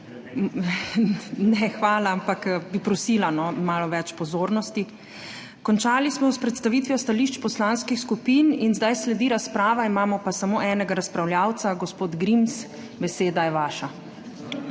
Ne, hvala, ampak bi prosila za malo več pozornosti. Končali smo s predstavitvijo stališč poslanskih skupin. Zdaj sledi razprava, imamo pa samo enega razpravljavca. Gospod Grims, beseda je vaša.